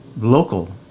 local